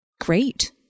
great